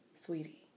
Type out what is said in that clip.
sweetie